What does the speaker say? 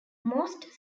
most